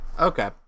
Okay